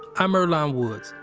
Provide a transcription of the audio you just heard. i'm earlonne woods.